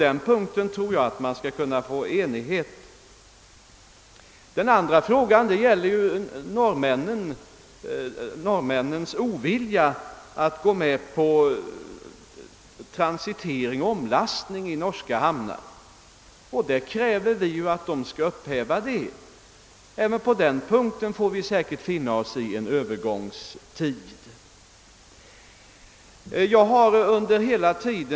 Jag tror också att det skall kunna uppnås enighet i detta avseende. Den andra frågan gäller norrmännens ovilja att gå med på transitering och omlastning i norska hamnar. Vi kräver ju att norrmännen skall överge denna inställning, men vi får säkerligen under en övergångstid finna oss i att detta förbud kvarstår.